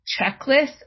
checklist